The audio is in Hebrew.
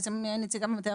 אני נציגה מהמטה הארצי.